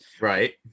Right